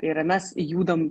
ir mes judam